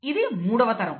ఇది మూడవ తరం